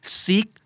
seek